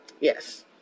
yes